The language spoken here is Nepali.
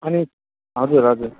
अनि हजुर हजुर